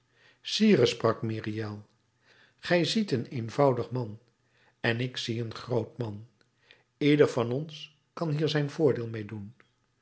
sire sprak myriel gij ziet een eenvoudig man en ik zie een groot man ieder van ons kan hier zijn voordeel mee doen